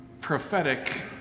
prophetic